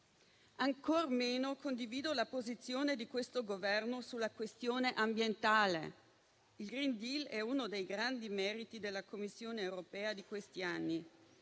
Ancor meno condivido la posizione di questo Governo sulla questione ambientale. Il *green new deal* è uno dei grandi meriti della Commissione europea di questi anni.